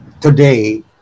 today